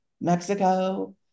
Mexico